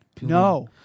No